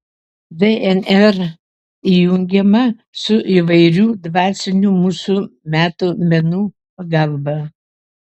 dnr įjungiama su įvairių dvasinių mūsų meto menų pagalba